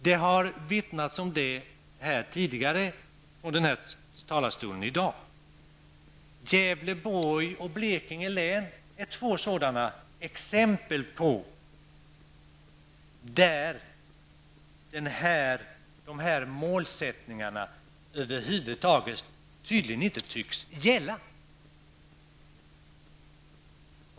Det har vittnats om detta från denna talarstol tidigare i dag. Gävleborgs och Blekinge län är två sådana exempel där dessa målsättningar över huvud taget tydligen inte tycks gälla.